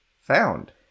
found